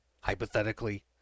hypothetically